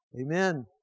amen